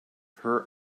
her